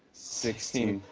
sixteen,